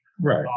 Right